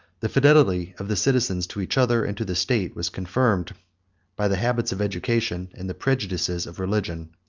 the fidelity of the citizens to each other, and to the state, was confirmed by the habits of education, and the prejudices of religion.